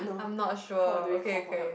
I'm not sure okay okay